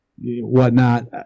whatnot